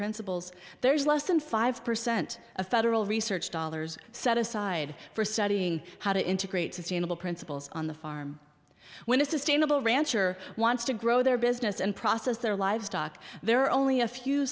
principles there is less than five percent of federal research dollars set aside for studying how to integrate sustainable principles on the farm when a sustainable rancher wants to grow their business and process their livestock there are only a few